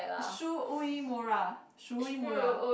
Shu Uemura Shu Uemura